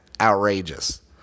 outrageous